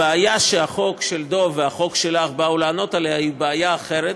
הבעיה שהחוק של דב והחוק שלך נועדו לפתור היא בעיה אחרת,